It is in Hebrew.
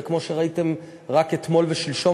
כמו שראיתם רק אתמול ושלשום,